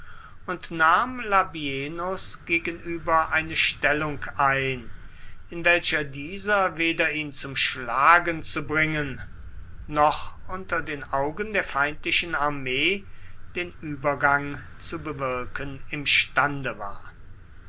und nahm labienus gegenüber eine stellung ein in welcher dieser weder ihn zum schlagen zu bringen noch unter den augen der feindlichen armee den übergang zu bewirken imstande war